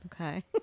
Okay